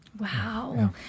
Wow